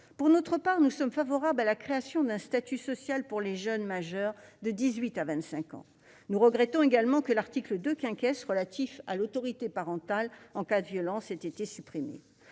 Pour notre part, nous sommes favorables à la création d'un statut social pour les jeunes majeurs de 18 à 25 ans. Nous regrettons également que l'article 2 relatif à l'autorité parentale en cas de violence ait été supprimé.